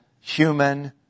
human